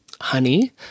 honey